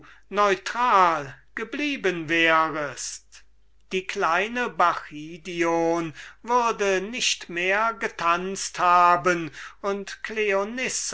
neutral geblieben wärest die kleine bacchidion würde nicht mehr getanzt haben und